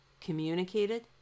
communicated